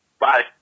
Bye